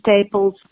staples